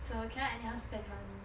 so cannot anyhow spend money